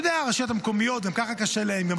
אתה יודע, הרשויות המקומיות גם ככה קשה להן.